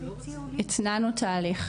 התנענו תהליך.